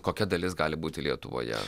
kokia dalis gali būti lietuvoje